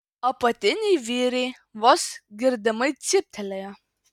apatiniai vyriai vos girdimai cyptelėjo